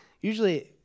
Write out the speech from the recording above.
usually